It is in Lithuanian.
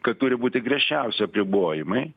kad turi būti griežčiausi apribojimai